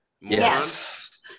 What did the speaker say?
Yes